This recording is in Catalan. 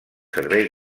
serveis